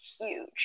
huge